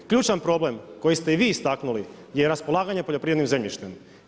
Ključan problem koji ste i vi istaknuli je raspolaganje poljoprivr3ednim zemljištem.